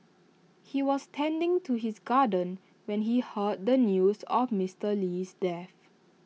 he was tending to his garden when he heard the news of Mister Lee's death